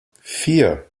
vier